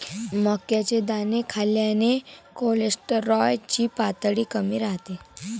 मक्याचे दाणे खाल्ल्याने कोलेस्टेरॉल ची पातळी कमी राहते